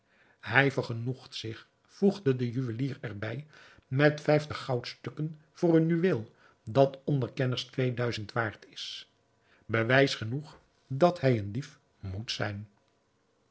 hij vergenoegt zich voegde de juwelier er bij met vijftig goudstukken voor een juweel dat onder kenners twee duizend waard is bewijs genoeg dat hij een dief moet zijn